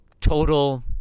total